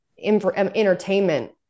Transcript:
Entertainment